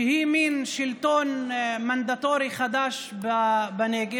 שהיא מין שלטון מנדטורי חדש בנגב,